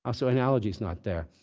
ah so analogy's not there.